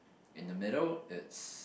in the middle it's